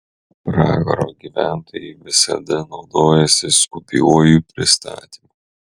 pragaro gyventojai visada naudojasi skubiuoju pristatymu